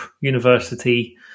University